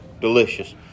delicious